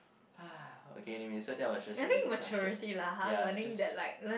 ah okay anyway so that was just really disastrous yeah it just